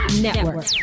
Network